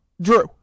Drew